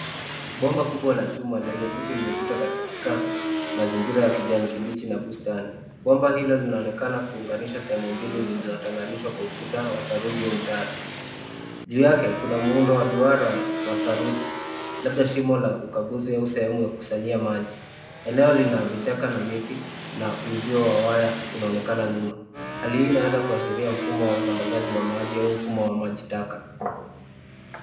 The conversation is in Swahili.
Bomba kubwa la chuma lenye kutu limepita katika mazingira ya kijani kibichi na kustani. Bomba hilo linaonekana kuunganisha sehemu mbili zilizotenganishwa na ukuta wa saruji au mtaro. Juu yake kuna muundo wa duara wa saruji, labda shimo la ukaguzi au sehemu ya kukusanyia maji. Eneo lina vichaka na miti na uzio wa waya unonekana nyuma. Hali hii inaweza kuashiria mfumo wa usambazaji wa maji au mfumo wa maji taka.